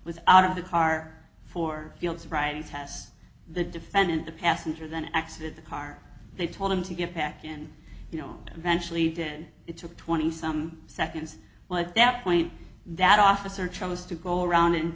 was out of the car for field sobriety test the defendant the passenger then exit the car they told him to get back in invention he did it took twenty some seconds well at that point that officer chose to go around and